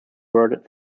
word